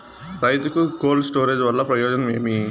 రైతుకు cold storage వల్ల ప్రయోజనం ఏమి?